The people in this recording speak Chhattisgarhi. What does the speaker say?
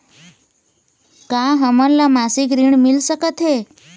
का हमन ला मासिक ऋण मिल सकथे?